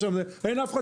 אבל אין אף אחד